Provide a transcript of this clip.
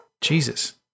Jesus